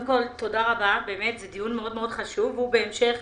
תודה רבה, באמת זה דיון מאוד חשוב, והוא בהמשך